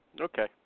Okay